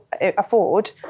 afford